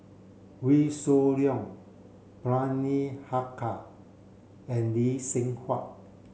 Wee Shoo Leong Bani Haykal and Lee Seng Huat